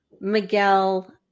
Miguel